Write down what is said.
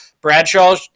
Bradshaw